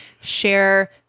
share